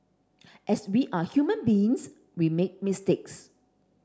as we are human beings we make mistakes